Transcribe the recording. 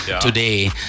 today